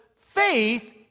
faith